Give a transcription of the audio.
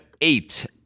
eight